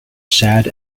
sad